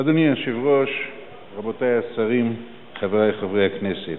אדוני היושב-ראש, רבותי השרים, חברי חברי הכנסת,